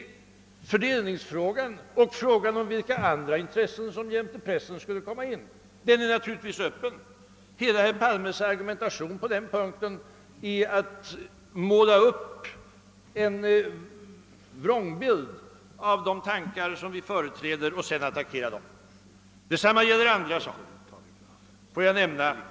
Fördelningsfrågan och frågan om vilka andra intressen som jämte pressen skulle komma in i bilden, är naturligtvis öppen. Hela herr Palmes argumentation på den punkten är att han målar upp en vrångbild av de tankar vi företräder och sedan attackerar denna vrångbild. Detsamma gäller andra av herr Palmes argument.